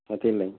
ସେଥିର୍ ଲାଗି